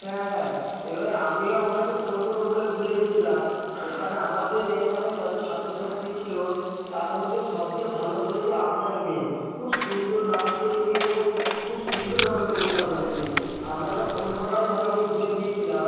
হ্যাঁ হ্যাঁ এবারে আমিও আপনাকে ফোন করব বলে ভুলে গিয়েছিলাম ওখানে আমাদের এখানে যত ছাত্র ছাত্রী ছিল তার মধ্যে সবচেয়ে ভালো করেছে আপনার মেয়ে খুব সুন্দর নাচ করেছে এবং খুব খুব সুন্দরভাবে ও কবিতা বলেছে আপনাকে ফোন করাই হয়নি ভুলে গিয়েছিলাম